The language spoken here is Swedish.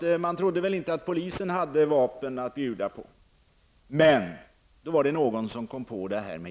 Men man trodde inte att polisen hade några vapen att bjuda på. Då kom någon att tänka på landets jägare.